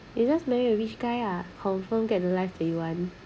you just marry a rich guy ah confirm get the life that you want